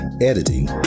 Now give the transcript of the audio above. editing